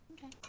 Okay